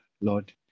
Lord